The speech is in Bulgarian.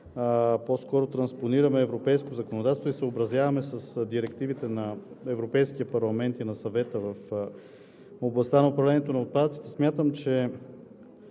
по-скоро транспонираме европейско законодателство и съобразяваме с директивите на Европейския парламент и на Съвета в областта на управлението на отпадъците,